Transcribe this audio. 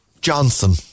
Johnson